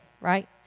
right